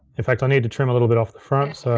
in fact, i need to trim a little bit off the front. so